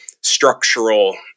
structural